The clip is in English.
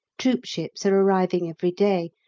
troopships are arriving every day,